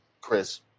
Chris